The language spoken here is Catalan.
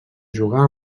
jugar